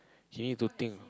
he need to think